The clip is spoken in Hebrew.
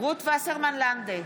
רות וסרמן לנדה,